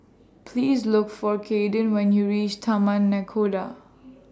Please Look For Caiden when YOU REACH Taman Nakhoda